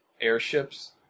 airships